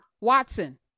Watson